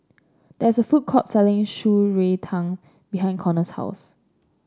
there is a food court selling Shan Rui Tang behind Connor's house